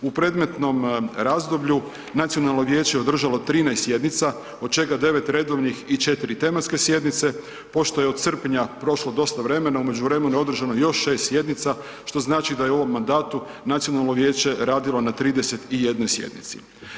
U predmetnom razdoblju Nacionalno vijeće održalo je 13 sjednica od čega 9 redovnih i 4 tematske sjednice, pošto je od srpnja prošlo dosta vremena u međuvremenu je održano još 6 sjednica što znači da je u ovom mandatu Nacionalno vijeće radilo na 31 sjednici.